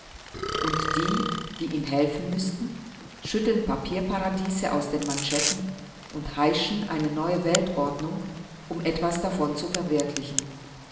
und die die ihm helfen müßten schütteln papierparadiese aus den manschetten und heischen eine neue weltordnung um etwas davon zu verwirklichen